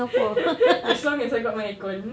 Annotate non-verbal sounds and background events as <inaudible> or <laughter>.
<laughs> as long as I got my aircon